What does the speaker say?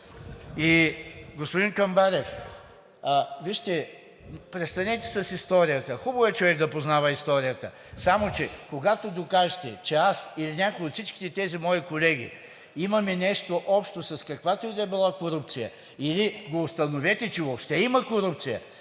Господин Камбарев, вижте, престанете с историята. Хубаво е човек да познава историята. Само че когато докажете, че аз или някой от всичките тези мои колеги имаме нещо общо с каквато и да е била корупция или го установите, че въобще има корупция,